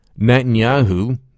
Netanyahu